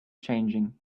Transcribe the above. changing